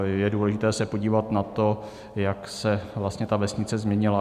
Je důležité se podívat na to, jak se vlastně ta vesnice změnila.